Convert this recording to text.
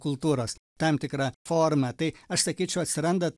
kultūros tam tikra forma tai aš sakyčiau atsiranda